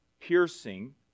piercing